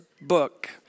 book